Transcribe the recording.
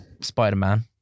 Spider-Man